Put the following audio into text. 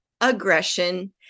aggression